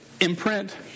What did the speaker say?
imprint